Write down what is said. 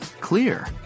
clear